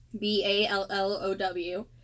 B-A-L-L-O-W